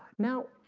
now